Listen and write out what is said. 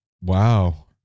Wow